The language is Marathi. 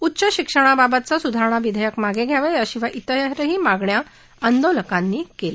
उच्च शिक्षणाबाबातचं स्धारणा विधेयक मागं घ्यावं याशिवाय इतरही मागण्या आंदोलकांनी केल्या